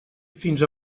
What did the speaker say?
fins